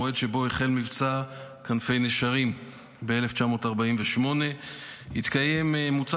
המועד שבו החל מבצע 'כנפי נשרים' בשנת 1948. מוצע